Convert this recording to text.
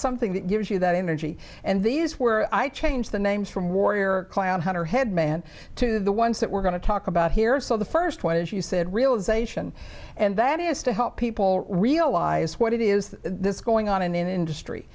something that gives you that energy and these were i changed the names from warrior clan her head man to the ones that we're going to talk about here so the first one as you said realisation and that is to help people realize what it is this going on in industry